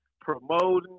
promoting